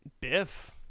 Biff